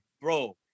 bro